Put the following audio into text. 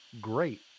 great